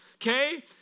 Okay